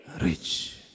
rich